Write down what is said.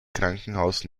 krankenhaus